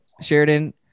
Sheridan